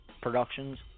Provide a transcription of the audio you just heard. Productions